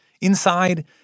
Inside